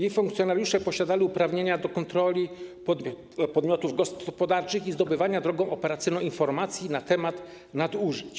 Jej funkcjonariusze posiadali uprawnienia do kontroli podmiotów gospodarczych i zdobywania drogą operacyjną informacji na temat nadużyć.